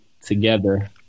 together